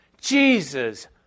Jesus